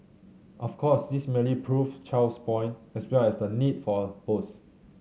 of course this merely proves Chow's point as well as and the need for her post